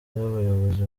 y’abayobozi